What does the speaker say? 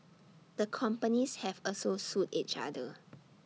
the companies have also sued each other